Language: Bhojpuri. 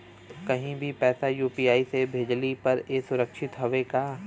कहि भी पैसा यू.पी.आई से भेजली पर ए सुरक्षित हवे का?